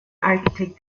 architect